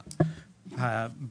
משרד האוצר.